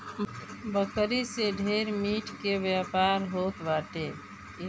बकरी से ढेर मीट के व्यापार होत बाटे